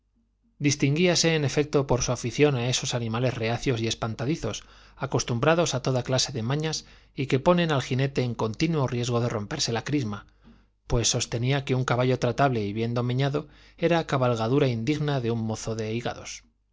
distinguíase en efecto por su afición a esos animales reacios y espantadizos acostumbrados a toda clase de mañas y que ponen al jinete en continuo riesgo de romperse la crisma pues sostenía que un caballo tratable y bien domeñado era cabalgadura indigna de un mozo de hígados